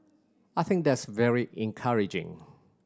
I think that's very encouraging